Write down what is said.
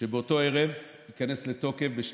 שבאותו ערב, ב-24:00,